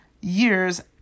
years